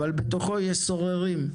אבל בתוכו יש סוררים.